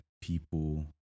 people